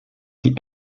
die